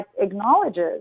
acknowledges